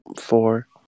four